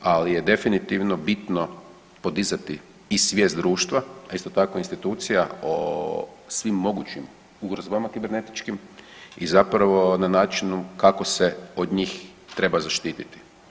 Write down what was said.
Ali je definitivno bitno podizati i svijest društva, a isto tako institucija o svim mogućim ugrozama kibernetičkimi zapravo na načinu kako se od njih treba zaštititi.